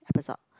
episode